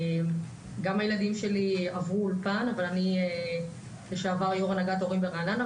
גם הילדים שלי עברו אולפן אבל אני לשעבר יו"ר הנהגת הורים ברעננה,